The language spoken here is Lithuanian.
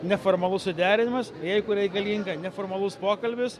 neformalus suderinimas jeigu reikalinga neformalus pokalbis